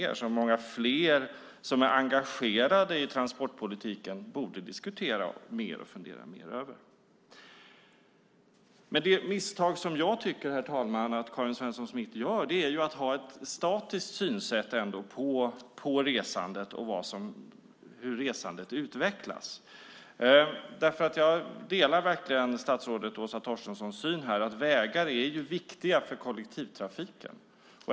Det är något som många fler som är engagerade i transportpolitiken borde diskutera mer och fundera mer över. Det misstag som jag tycker att Karin Svensson Smith gör, herr talman, är att ha ett statiskt synsätt på resandet och hur resandet utvecklas. Jag delar statsrådet Åsa Torstenssons syn att vägar är viktiga för kollektivtrafiken.